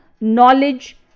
knowledge